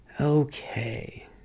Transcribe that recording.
Okay